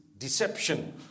deception